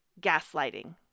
gaslighting